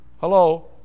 Hello